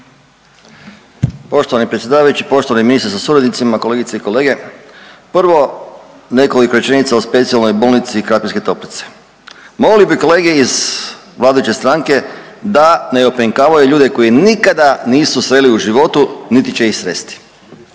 Poštovani predsjedavajući, poštovani ministre sa suradnicima, kolegice i kolege. Prvo nekoliko rečenica o Specijalnoj bolnici Krapinske Toplice. Molio bih kolege iz vladajuće stranke da ne … /ne razumije se/ … ljude koje nikada nisu sreli u životu, niti će ih sresti.